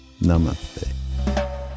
Namaste